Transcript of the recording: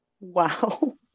Wow